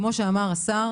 כמו שהשר אמר,